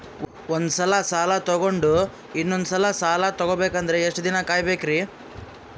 ಒಂದ್ಸಲ ಸಾಲ ತಗೊಂಡು ಇನ್ನೊಂದ್ ಸಲ ಸಾಲ ತಗೊಬೇಕಂದ್ರೆ ಎಷ್ಟ್ ದಿನ ಕಾಯ್ಬೇಕ್ರಿ?